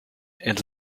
and